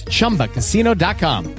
Chumbacasino.com